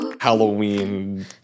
Halloween